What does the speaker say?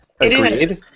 Agreed